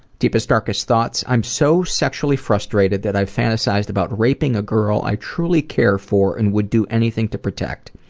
deepest, darkest thoughts? i'm so sexually frustrated that i've fantasized about raping a girl i truly care for and would do anything to protect.